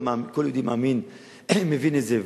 כל יהודי מאמין מבין את זה,